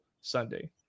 Sunday